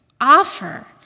offer